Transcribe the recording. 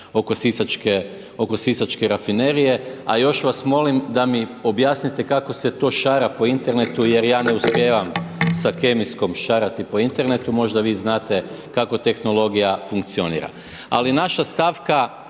oko sisačke rafinerije, a još vas molim da mi objasnite kako se to šara po internetu jer ja ne uspijevam sa kemijskom šarati po internetu, možda vi znate kako tehnologija funkcionira. Ali, naša stanka